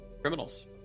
criminals